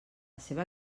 seva